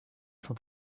sont